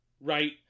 right